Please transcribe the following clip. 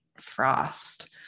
frost